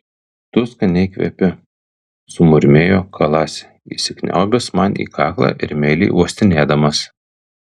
tu skaniai kvepi sumurmėjo kalasi įsikniaubęs man į kaklą ir meiliai uostinėdamas